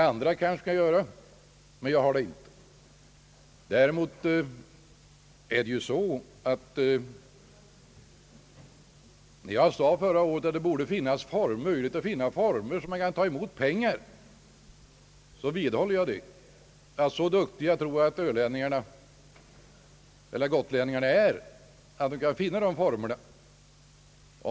Andra kanske kan göra det, men jag kan det inte. Däremot vidhåller jag vad jag sade förra året att det borde finnas former, så att man kan ta emot pengar. Så duktiga tror jag att gotlänningarna är att de kan finna sådana former.